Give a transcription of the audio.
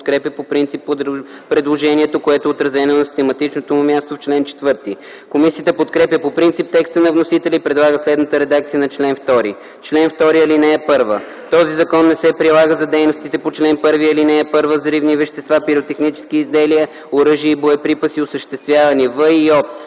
Комисията подкрепя по принцип текста на вносителя и предлага следната редакция на чл. 2: „Чл. 2. (1) Този закон не се прилага за дейностите по чл. 1, ал. 1 с взривни вещества, пиротехнически изделия, оръжия и боеприпаси, осъществявани в и от: